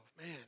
man